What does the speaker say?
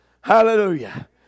Hallelujah